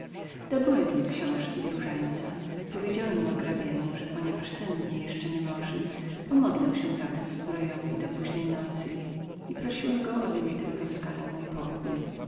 dobyłem więc książkę i różaniec powiedziałem margrabiemu że ponieważ sen mnie jeszcze nie morzył pomodlę się zatem w zbrojowni do późnej nocy i że prosiłem go aby mi tylko wskazał mój pokój